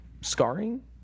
scarring